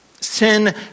Sin